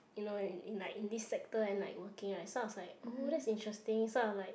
you know in in like in this sector and like working right so I was like oh that's interesting so I'm like